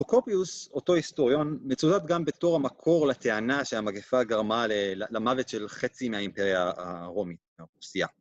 וקופיוס, אותו היסטוריון, מצודד גם בתור המקור לטענה שהמגפה גרמה למוות של חצי מהאימפריה הרומית, הרוסיה.